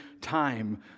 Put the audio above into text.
time